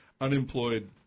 unemployed –